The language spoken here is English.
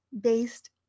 based